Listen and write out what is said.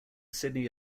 sydney